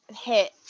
hit